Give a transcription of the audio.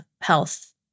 health